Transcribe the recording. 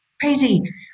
Crazy